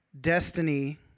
destiny